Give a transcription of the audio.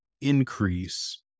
increase